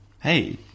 Hey